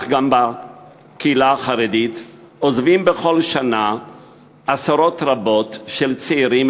גם בקהילה החרדית עוזבים בכל שנה עשרות רבות של צעירים,